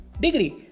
Degree